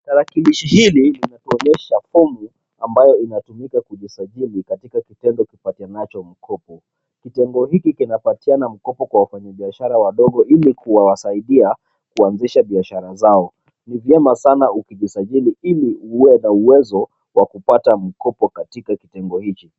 Tarakilishi hili inatuonyesha fomu ambayo inatumika kujisajili katika kitendo kipatanacho na mkopo. Kitendo hicho kinapatiana mkopo kwa wafanyibiashara wadogo ili kuwasaidia kuanzisha biashara zao. Ni vyema sana ukijisajili ili uwe na uwezo wa kupata mkopo katika kitengo hiki.